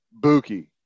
Buki